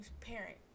parent